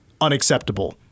unacceptable